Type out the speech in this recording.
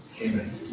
Amen